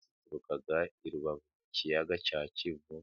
zituruka i rubavu mu kiyaga cya kivu.